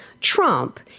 Trump